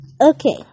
Okay